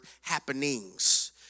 happenings